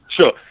sure